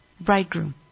bridegroom